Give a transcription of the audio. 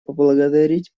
поблагодарить